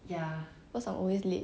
cause I always late